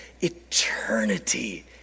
eternity